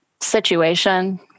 situation